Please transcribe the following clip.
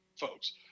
folks